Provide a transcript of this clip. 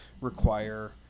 require